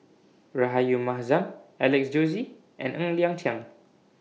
Rahayu Mahzam Alex Josey and Ng Liang Chiang